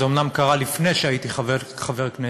זה אומנם קרה לפני שהייתי חבר כנסת,